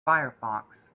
firefox